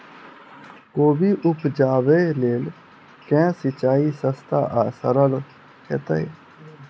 कोबी उपजाबे लेल केँ सिंचाई सस्ता आ सरल हेतइ?